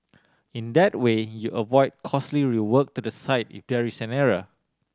in that way you avoid costly rework to the site there is an error